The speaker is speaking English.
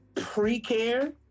pre-care